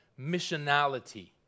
missionality